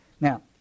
Now